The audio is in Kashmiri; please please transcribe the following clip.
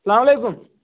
اسَلامَ علیکُم